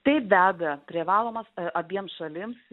taip be abejo privalomas abiems šalims